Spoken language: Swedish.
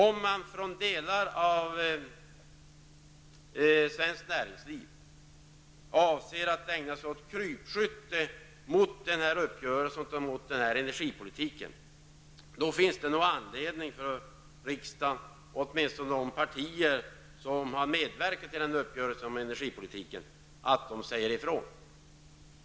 Om man från delar av svenskt näringsliv avser att ägna sig åt krypskytte mot denna uppgörelse och energipolitiken, finns det nog anledning för riksdagen, eller åtminstone de partier som medverkat till denna uppgörelse om energipolitiken, att säga ifrån.